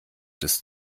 des